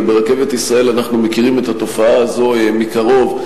וברכבת ישראל אנחנו מכירים את התופעה הזאת מקרוב,